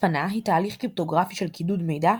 הצפנה היא תהליך קריפטוגרפי של קידוד מידע,